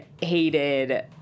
hated